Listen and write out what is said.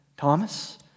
Thomas